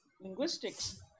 linguistics